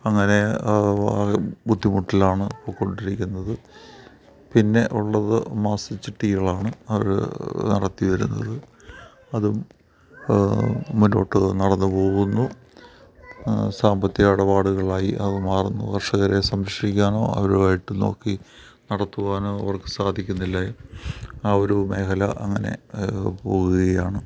അങ്ങനെ ആകെ ബുദ്ധിമുട്ടിലാണ് പൊക്കോണ്ടിരിക്കുന്നത് പിന്നെ ഉള്ളത് മാസ ചിട്ടികളാണ് അവര് നടത്തി വരുന്നത് അതും മറ്റ് കൂട്ട് നടന്ന് പോകുന്നു സാമ്പത്തിക ഇടപാടുകളായി അത് മാറുന്നു കർഷകരെ സംരക്ഷിക്കാനോ അവരു ആയിട്ട് നോക്കി നടത്തുവാനോ അവർക്ക് സാധിക്കുന്നില്ല ആ ഒരു മേഖല അങ്ങനെ പോവുകയാണ്